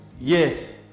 Yes